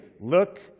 look